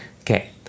Okay